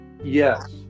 Yes